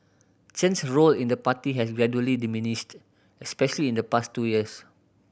Chen's role in the party has gradually diminished especially in the past two years